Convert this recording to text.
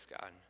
God